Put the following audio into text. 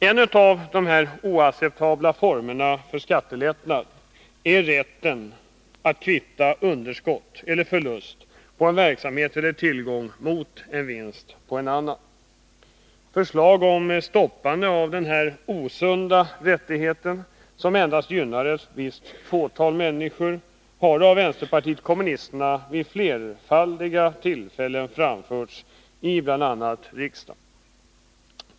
En av dessa oacceptabla former för skattelättnad är rätten att kvitta underskott eller förlust på en verksamhet eller tillgång mot vinst på en annan. Förslag om stoppande av denna osunda rättighet, som endast gynnar ett visst tillfällen framförts i bl.a. riksdagen.